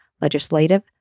legislative